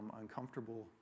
uncomfortable